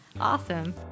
Awesome